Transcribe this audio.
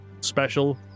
special